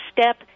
step